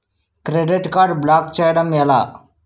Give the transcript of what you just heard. Credit card block చేయడం ఎలా?